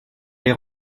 l’ai